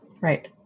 right